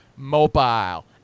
Mobile